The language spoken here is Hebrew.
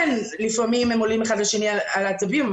ולפעמים הם עולים אחד לשני על העצבים.